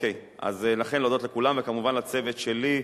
אני רוצה להודות כמובן לצוות שלי,